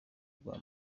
bwa